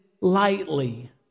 lightly